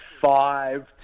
five